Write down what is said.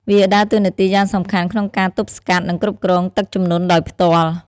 វាដើរតួនាទីយ៉ាងសំខាន់ក្នុងការទប់ស្កាត់ និងគ្រប់គ្រងទឹកជំនន់ដោយផ្ទាល់។